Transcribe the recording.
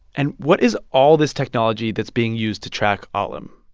and what is all this technology that's being used to track alim?